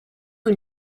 who